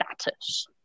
status